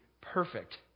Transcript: perfect